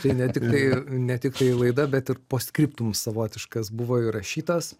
tai ne tiktai ne tiktai laida bet ir post scriptum savotiškas buvo įrašytas